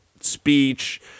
speech